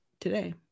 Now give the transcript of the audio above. today